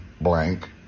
blank